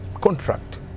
contract